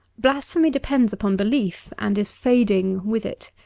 blasphemy depends upon belief, and is fading with it.